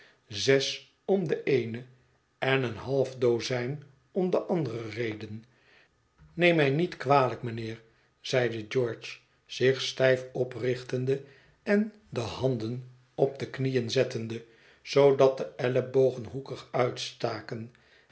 zes om de eene en een half dozijn om de andere reden neem mij niet kwalijk mijnheer zeide george zich stijf oprichtende en de handen op de knieën zettende zoodat de ellebogen hoekig uitstaken